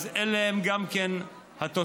אז אלה הן גם כן התוצאות.